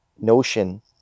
notion